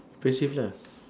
impressive lah